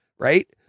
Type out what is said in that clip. right